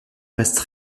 reste